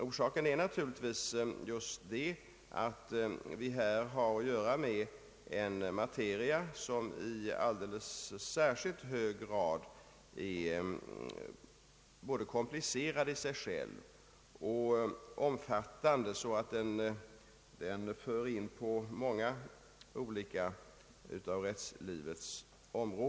Orsaken är naturligtvis just att vi här har att göra med en materia som i alldeles särskilt hög grad är både komplicerad i sig själv och omfattande, så att den för in på många olika områden av rättslivet.